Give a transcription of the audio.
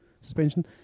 suspension